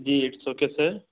G it's okay sir